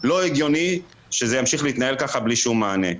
לא הגיוני שזה ימשיך להתנהל ככה בלי שום מענה.